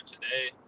today